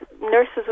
nurses